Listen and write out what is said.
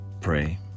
pray